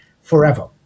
forever